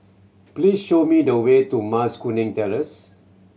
please show me the way to Mas Kuning Terrace